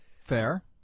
Fair